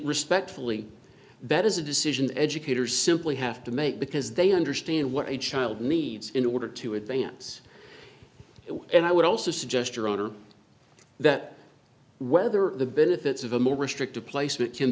respectfully that is a decision educators simply have to make because they understand what a child needs in order to advance and i would also suggest your honor that whether the benefits of a more restrictive placement can